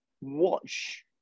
watch